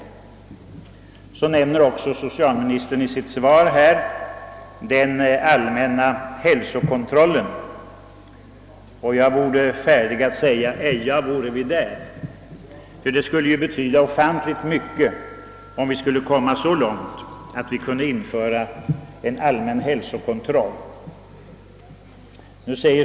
Vidare nämner socialministern i sitt svar den allmänna hälsokontrollen, och jag är färdig att säga: Eja vore vi där! Det skulle ju betyda ofantligt mycket om vi kunde komma så långt att vi kunde införa en allmän hälsokontroll.